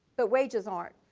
but wages aren't.